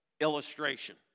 Illustration